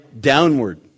downward